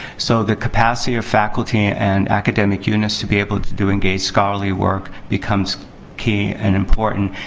so, the capacity of faculty and academic units to be able to do engaged scholarly work becomes key and important.